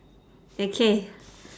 okay